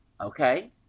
Okay